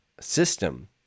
system